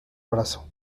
brazo